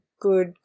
good